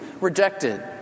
rejected